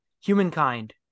humankind